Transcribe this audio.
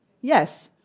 Yes